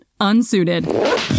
unsuited